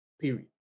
period